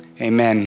Amen